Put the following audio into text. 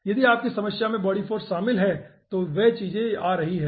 यदि आपकी समस्या में बॉडी फाॅर्स शामिल है तो वो चीजें यहां आ रही हैं